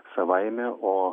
savaime o